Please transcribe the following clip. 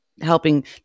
helping